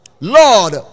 Lord